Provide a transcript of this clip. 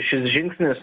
šis žingsnis